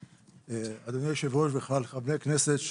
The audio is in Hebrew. אדוני היושב-ראש וכלל חברי הכנסת,